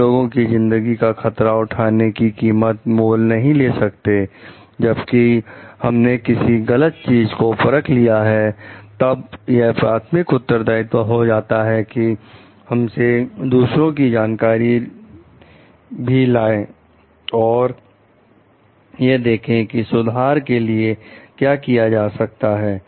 हम लोगों की जिंदगी का खतरा उठाने की कीमत मोल नहीं ले सकते जबकि हमने किसी गलत चीज को परख लिया है तब यह प्राथमिक उत्तरदायित्व हो जाता है कि हमसे दूसरों की जानकारी ने भी लाएं और यह देखें कि सुधार के लिए क्या किया जा सकता है